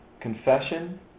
Confession